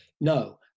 no